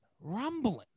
rumbling